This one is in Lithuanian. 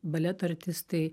baleto artistai